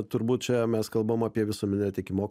turbūt čia mes kalbam apie visuomeninio tiekimo